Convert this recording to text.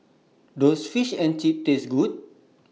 Does Fish and Chips Taste Good